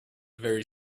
very